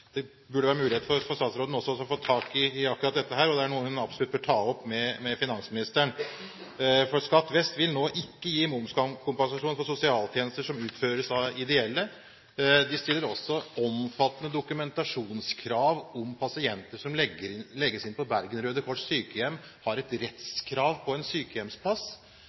det burde være en mulighet for statsråden også å få tak i akkurat dette. Dette er noe hun absolutt bør ta opp med finansministeren. Skatt vest vil nå ikke gi momskompensasjon for sosialtjenester som utføres av ideelle aktører. De stiller også omfattende dokumentasjonskrav til om pasienter som legges inn på Bergen Røde Kors Sykehjem, har et rettskrav på en sykehjemsplass.